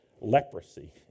leprosy